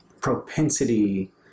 propensity